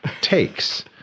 takes